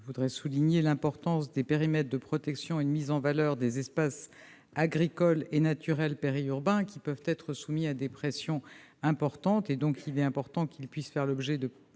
Je voudrais d'abord souligner l'importance des périmètres de protection et de mise en valeur des espaces agricoles et naturels périurbains, qui peuvent être soumis à des pressions importantes. Ils doivent donc faire l'objet de